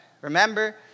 Remember